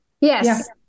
yes